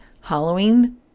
halloween